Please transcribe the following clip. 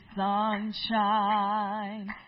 sunshine